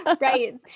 Right